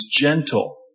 gentle